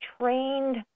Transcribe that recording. trained